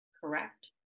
correct